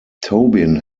tobin